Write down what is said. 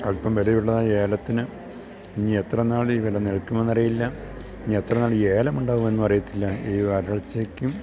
അൽപ്പം വിലയുള്ള ഏലത്തിന് ഇനി എത്ര നാളീ വില നിൽക്കുമെന്നറിയില്ല ഇനി എത്ര നാളീ ഏലമുണ്ടാകുമെന്നറിയത്തില്ല ഈ വരൾച്ചക്കും